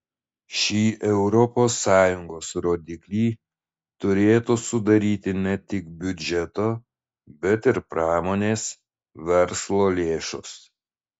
šį europos sąjungos rodiklį turėtų sudaryti ne tik biudžeto bet ir pramonės verslo lėšos